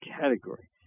category